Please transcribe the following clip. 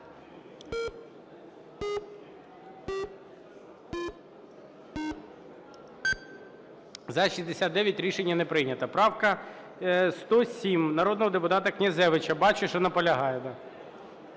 За-69 Рішення не прийнято. Правка 107, народного депутата Князевича. Бачу, що наполягає,